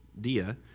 Dia